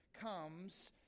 comes